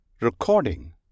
Recording